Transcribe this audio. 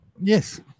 Yes